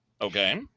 Okay